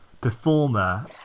performer